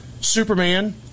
Superman